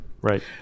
Right